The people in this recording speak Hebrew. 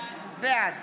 בעד